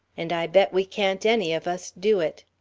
and i bet we can't any of us do it.